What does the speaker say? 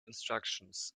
instructions